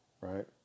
right